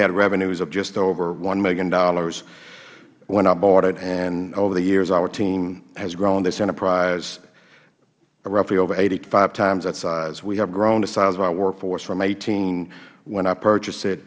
had revenues of just over one dollar million when i bought it and over the years our team has grown this enterprise to roughly over eighty five times that size we have grown the size of our work force from eighteen when i purchased it